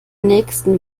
nächsten